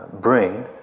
bring